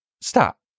Stop